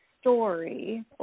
story